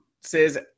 says